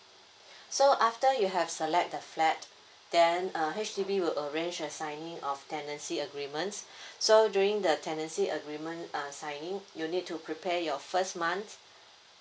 so after you have select the flat then uh H_D_B will arrange a signing of tenancy agreements so during the tenancy agreement uh signing you need to prepare your first month's